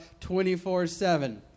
24-7